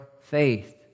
faith